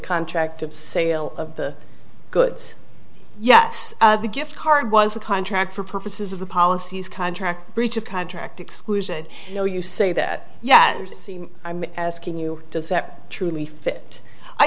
contract of sale of the goods yes the gift card was the contract for purposes of the policies contract breach of contract exclusion you know you say that yes i'm asking you does that truly fit i